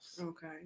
Okay